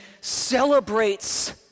celebrates